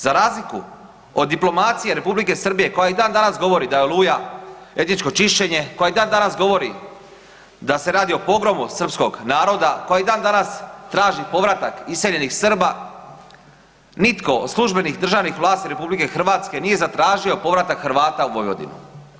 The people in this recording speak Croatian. Za razliku od diplomacije Republike Srbije koja i dandanas govori da je Oluja etničko čišćenje, koja i dandanas govori da se radi o pogrebu srpskog naroda, koja i dandanas traži povratak iseljenih Srba, nitko od službenih državnih vlati RH nije zatražio povratak Hrvata u Vojvodini.